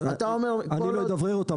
אני לא מדברר אותם,